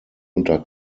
unter